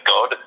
God